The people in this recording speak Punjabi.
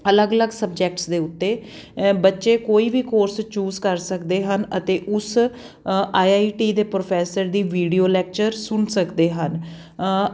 ਅਲੱਗ ਅਲੱਗ ਸਬਜੈਕਟਸ ਦੇ ਉੱਤੇ ਬੱਚੇ ਕੋਈ ਵੀ ਕੋਰਸ ਚੂਜ ਕਰ ਸਕਦੇ ਹਨ ਅਤੇ ਉਸ ਆਈ ਆਈ ਟੀ ਦੇ ਪ੍ਰੋਫੈਸਰ ਦੀ ਵੀਡੀਓ ਲੈਕਚਰ ਸੁਣ ਸਕਦੇ ਹਨ